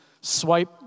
swipe